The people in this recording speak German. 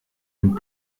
und